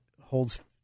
holds